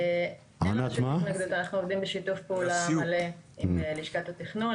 אנחנו עובדים בשיתוף פעולה מלא עם לשכת התיכנון,